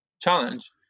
challenge